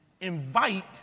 invite